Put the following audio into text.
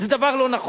זה לא נכון,